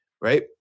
right